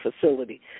facility